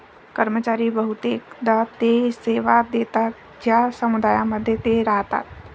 कर्मचारी बहुतेकदा ते सेवा देतात ज्या समुदायांमध्ये ते राहतात